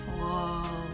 Whoa